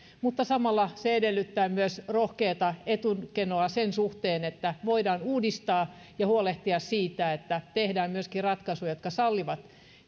mutta samalla se edellyttää myös rohkeaa etukenoa sen suhteen että voidaan uudistaa ja huolehtia siitä että tehdään myöskin ratkaisuja jotka sallivat